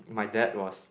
my dad was